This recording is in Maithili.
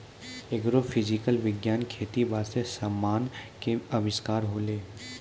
एग्रोफिजिक्स विज्ञान खेती बास्ते समान के अविष्कार होलै